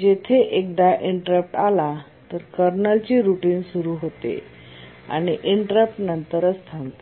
जेथे एकदा इंटरप्ट आला तर कर्नलची रुटीन सुरू होते आणि इंटरप्ट नंतरच थांबते